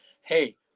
hey